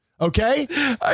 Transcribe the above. Okay